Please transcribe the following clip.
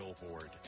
billboard